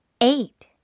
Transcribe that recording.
Eight